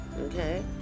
okay